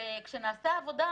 כשנעשה עבודה,